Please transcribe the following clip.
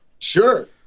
Sure